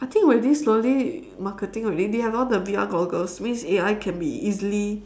I think already slowly marketing already they have all the V_R goggles means A_I can be easily